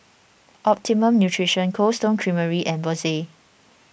Optimum Nutrition Cold Stone Creamery and Bose